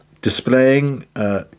displaying